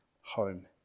home